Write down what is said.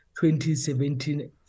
2017